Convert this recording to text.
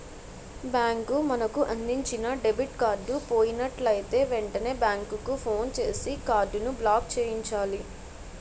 bank మనకు అందించిన debit card పోయినట్లయితే వెంటనే బ్యాంకుకు ఫోన్ చేసి కార్డును బ్లాక్చేయించాలి